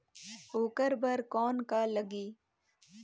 ओकर बर कौन का लगी?